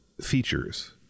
features